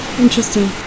interesting